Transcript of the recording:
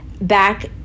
back